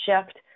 shift